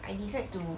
I decide to